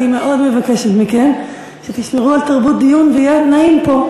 אני מאוד מבקשת מכם שתשמרו על תרבות דיון ושיהיה נעים פה.